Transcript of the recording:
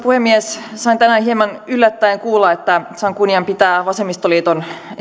puhemies sain tänään hieman yllättäen kuulla että saan kunnian pitää vasemmistoliiton